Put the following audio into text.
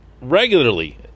regularly